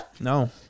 No